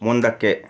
ಮುಂದಕ್ಕೆ